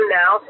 now